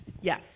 Yes